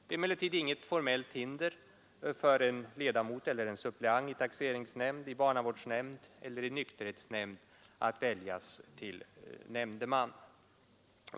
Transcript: Det är emellertid inte något formellt hinder för en ledamot eller en suppleant i taxeringsnämnd, i barnavårdsnämnd eller i nykterhetsnämnd att väljas till nämndeman.